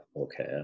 okay